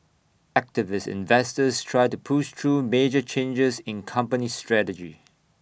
activist investors try to push through major changes in company strategy